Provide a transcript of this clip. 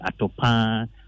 Atopan